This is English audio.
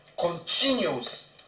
Continues